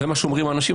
זה מה שאומרים אנשים.